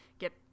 get